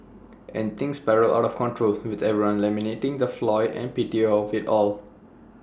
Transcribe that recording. and things spiral out of control with everyone lamenting the folly and pity of IT all